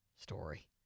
story